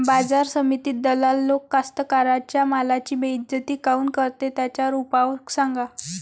बाजार समितीत दलाल लोक कास्ताकाराच्या मालाची बेइज्जती काऊन करते? त्याच्यावर उपाव सांगा